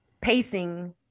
pacing